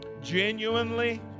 genuinely